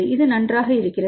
இது நன்றாக இருக்கிறது